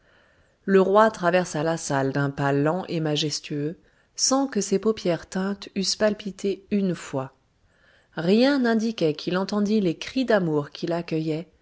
le roi traversa la salle d'un pas lent et majestueux sans que ses paupières teintes eussent palpité une fois rien n'indiquait qu'il entendît les cris d'amour qui l'accueillaient